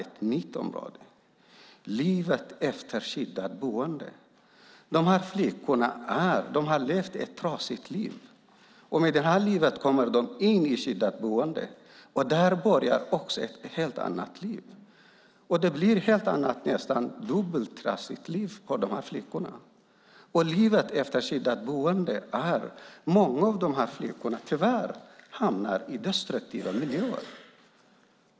Det handlar om livet efter skyddat boende. Dessa flickor har levt ett trasigt liv, och därför kommer de in i skyddat boende. Där börjar ett helt annat liv. Det blir nästan dubbla trasiga liv för dessa flickor. Efter skyddat boende hamnar många flickor tyvärr i destruktiva miljöer.